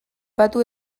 batu